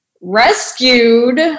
rescued